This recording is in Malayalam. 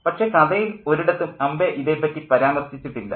പക്ഷേ കഥയിൽ ഒരിടത്തും അംബൈ ഇതേപ്പറ്റി പരാമർശിച്ചിട്ടില്ല